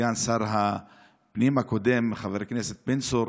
סגן שר הפנים הקודם, חבר הכנסת בן צור,